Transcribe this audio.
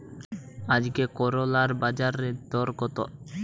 আজকে করলার বাজারদর কত?